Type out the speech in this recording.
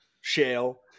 Shale